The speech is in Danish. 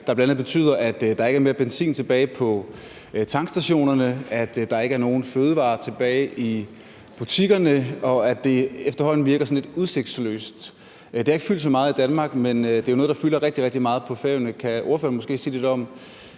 der bl.a. betyder, at der ikke er mere benzin tilbage på tankstationerne, at der ikke er nogen fødevarer tilbage i butikkerne, og at det efterhånden virker sådan lidt udsigtsløst. Det har ikke fyldt så meget i Danmark, men det er jo noget, der fylder rigtig, rigtig meget på Færøerne. Kan ordføreren måske sige lidt om,